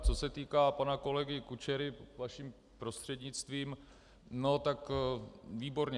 Co se týká pana kolegy Kučery, vaším prostřednictvím, tak výborně.